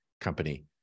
company